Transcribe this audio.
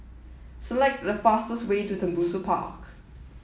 select the fastest way to Tembusu Park